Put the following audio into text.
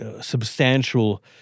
substantial